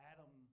Adam